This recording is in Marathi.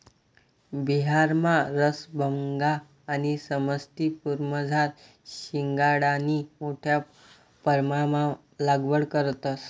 बिहारमा रसभंगा आणि समस्तीपुरमझार शिंघाडानी मोठा परमाणमा लागवड करतंस